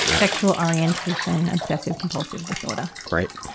ah sexual orientation obsessive-compulsive disorder. right.